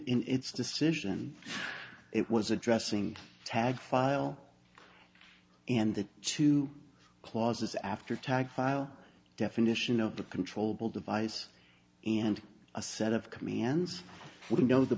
in its decision it was addressing tag file and the two clauses after tax file definition of the control bill device and a set of commands we know the